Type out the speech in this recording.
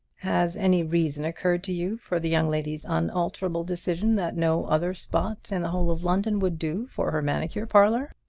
has any reason occurred to you for the young lady's unalterable decision that no other spot in the whole of london would do for her manicure parlor?